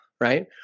right